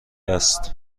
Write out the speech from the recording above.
است